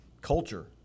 culture